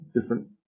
different